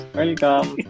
welcome